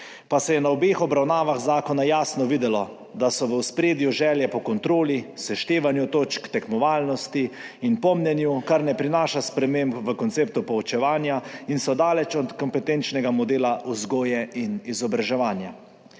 Pa se je na obeh obravnavah zakona jasno videlo, da so v ospredju želje po kontroli, seštevanju točk, tekmovalnosti in pomnjenju, kar ne prinaša sprememb v konceptu poučevanja in so daleč od kompetenčnega modela vzgoje in izobraževanja.